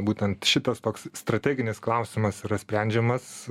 būtent šitas toks strateginis klausimas yra sprendžiamas